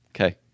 Okay